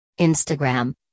Instagram